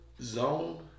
zone